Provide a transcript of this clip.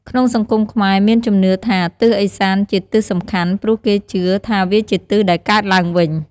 ក្នុងសង្គមខ្មែរមានជំនឿថាទិសឦសានជាទិសសំខាន់ ព្រោះគេជឿ ថាវាជាទិសដែលកើតឡើងវិញ។